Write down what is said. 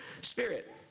Spirit